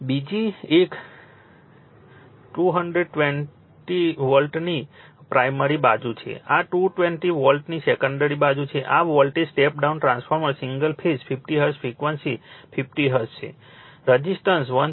બીજી એક 2200 વોલ્ટની પ્રાઇમરી બાજુ છે આ 220 વોલ્ટની સેકન્ડરી બાજુ છે આ volt step down transformer single phase 50 hertz frequency 50 hertz છે રઝિસ્ટન્સ 1